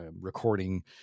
recording